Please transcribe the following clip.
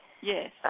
Yes